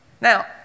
Now